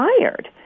tired